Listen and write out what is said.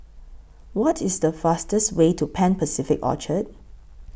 What IS The fastest Way to Pan Pacific Orchard